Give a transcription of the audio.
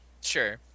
Sure